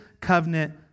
covenant